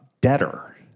debtor